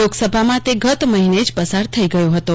લોકસભામાં તે ગત મહીને જ પસાર થઇ ગયું હતું